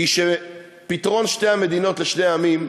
היא שפתרון שתי המדינות לשני עמים,